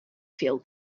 feel